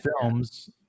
films